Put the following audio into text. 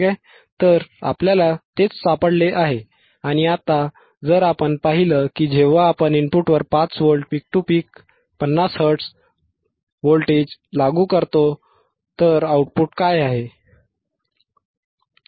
तर आपल्याला तेच सापडले आहे आणि आता जर आपण पाहिलं की जेव्हा आपण इनपुटवर 5 volt peak to peak 50 hertz 5V Peak to Peak 50Hz voltage लागू करतो तर आउटपुट काय आहे